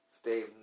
Stay